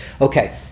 Okay